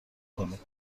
کنید